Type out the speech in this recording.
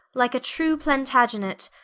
like a true plantagenet,